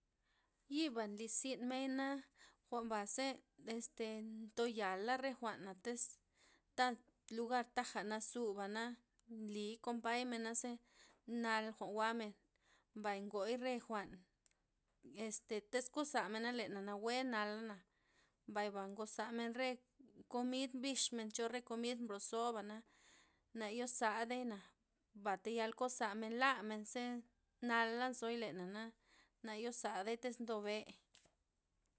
Yiba nlyzin mena' jwa'n baze este ntoyal re jwa'na tyz ta lugar taga nazuba'na nlii compay men naze nal jwa'n jwa'men, mbay ngoy re jwa'n, este tiz kozamena lena' nawue nala'na, mbay ba ngozamen re komid bixmen cho re komid mbrozaba nayozay deina batoyal kokzamena lamen ze nala nzoy lena'na nayozaide tyz ndo be'.